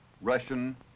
Russian